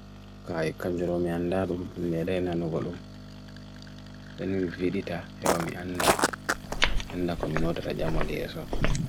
Ka ekam jelo miyanda dum, mi nere na nubolum. Senu mifidita hewa miyanda. Henda kominode rajama liye so.